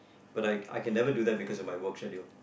but I I can never do that because of my work schedule